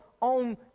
on